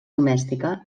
domèstica